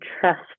trust